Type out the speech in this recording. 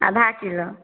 आधा किलो